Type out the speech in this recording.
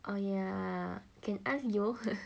oh ya can ask leo